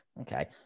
Okay